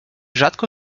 rzadko